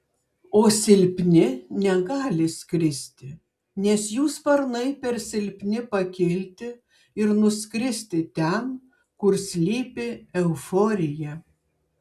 o silpni negali skristi nes jų sparnai per silpni pakilti ir nuskristi ten kur slypi euforija